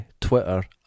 Twitter